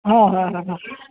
હા હા હા